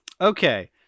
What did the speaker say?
Okay